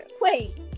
Wait